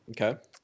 Okay